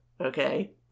Okay